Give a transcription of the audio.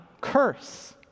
curse